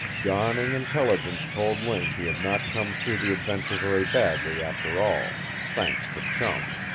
dawning intelligence told link he had not come through the adventure very badly, after all thanks to chum.